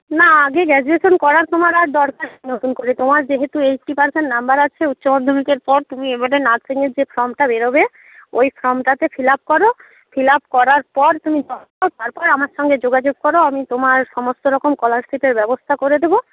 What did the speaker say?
না আগে গ্র্যাজুয়েশন করার তোমার আর দরকার নতুন করে তোমার যেহেতু এইটটি পার্সেন্ট নাম্বার আছে উচ্চ মাধ্যমিকের পর তুমি এবারে নার্সিংয়ের যে ফর্মটা বেরোবে ওই ফর্মটাতে ফিল আপ করো ফিল আপ করার পর তুমি তারপর আমার সঙ্গে যোগাযোগ করো আমি তোমার সমস্ত রকম স্কলারশিপের ব্যবস্থা করে দেবো